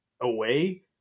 away